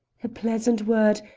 a pleasant word,